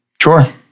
Sure